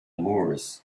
moors